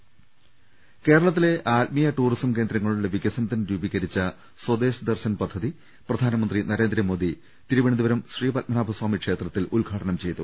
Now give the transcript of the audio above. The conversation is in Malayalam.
്്്്്്്് കേരളത്തിലെ ആത്മീയ ടൂറിസം കേന്ദ്രങ്ങളുടെ വികസനത്തിന് രൂപീകരിച്ച സ്വദേശ് ദർശൻ പദ്ധതി പ്രധാനമന്ത്രി നരേന്ദ്രമോദി തിരുവനന്ത പുരം ശ്രീപത്മനാഭസ്വാമി ക്ഷേത്രത്തിൽ ഉദ്ഘാടനം ചെയ്തു